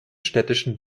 städtischen